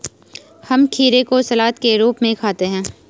हम खीरे को सलाद के रूप में खाते हैं